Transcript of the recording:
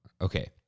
okay